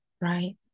right